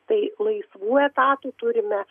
tai laisvų etatų turime